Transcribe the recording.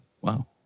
Wow